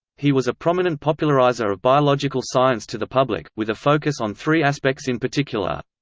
he was a prominent populariser of biological science to the public, with a focus on three aspects in particular.